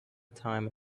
time